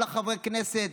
כל חברי הכנסת